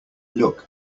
look